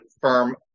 firm